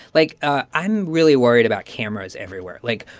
like, i'm really worried about cameras everywhere. like,